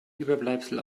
überbleibsel